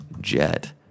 Jet